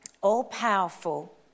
all-powerful